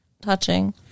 touching